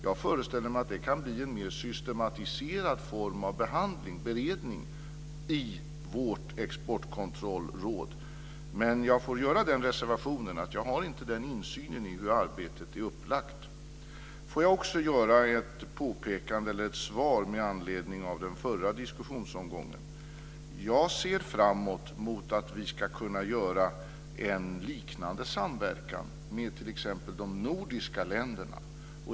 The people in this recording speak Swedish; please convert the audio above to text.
Jag föreställer mig att det kan bli en mer systematiserad form av beredning i vårt exportkontrollråd. Men jag får göra den reservationen att jag inte har insyn i hur arbetet är upplagt. Får jag också göra ett påpekande och ge ett svar med anledning av den förra diskussionsomgången. Jag ser framåt mot att vi ska kunna göra en liknande samverkan med t.ex. de nordiska länderna.